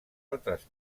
altres